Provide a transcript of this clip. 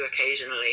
occasionally